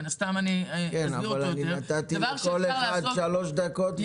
מן הסתם -- אבל נתתי לכל אחד שלוש דקות,